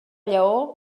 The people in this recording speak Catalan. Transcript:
lleó